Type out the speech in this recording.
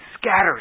scatters